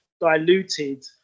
diluted